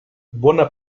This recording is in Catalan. bona